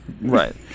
Right